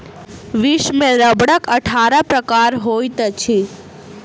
विश्व में रबड़क अट्ठारह प्रकार होइत अछि